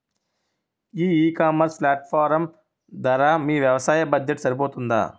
ఈ ecommerce platform ధర మీ వ్యవసాయ బడ్జెట్ సరిపోతుందా?